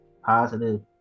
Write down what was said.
positive